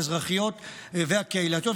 האזרחיות והקהילתיות,